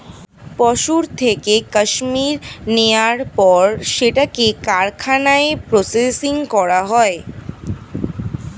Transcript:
পশুর থেকে কাশ্মীর নেয়ার পর সেটাকে কারখানায় প্রসেসিং করা হয়